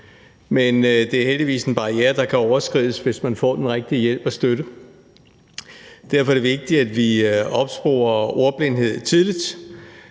men det er heldigvis en barriere, der kan overskrides, hvis man får den rigtige hjælp og støtte. Derfor er det vigtigt, at vi opsporer ordblindhed tidligt,